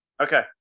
Okay